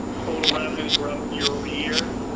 total revenues were up year-over-year,